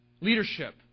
leadership